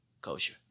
kosher